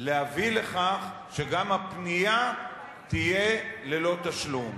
להביא לכך שגם הפנייה תהיה ללא תשלום.